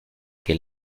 que